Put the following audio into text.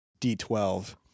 D12